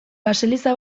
baseliza